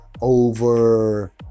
over